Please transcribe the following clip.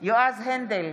יועז הנדל,